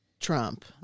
Trump